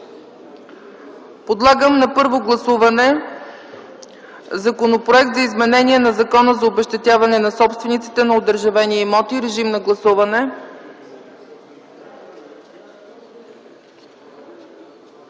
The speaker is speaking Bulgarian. Подлагам на първо гласуване Законопроекта за изменение на Закона за обезщетяване на собствениците на одържавени имоти. Моля, гласувайте.